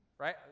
right